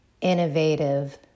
innovative